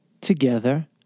together